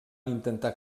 intentar